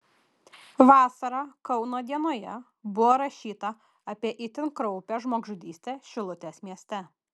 vasarą kauno dienoje buvo rašyta apie itin kraupią žmogžudystę šilutės mieste